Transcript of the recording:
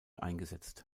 eingesetzt